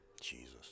Jesus